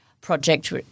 project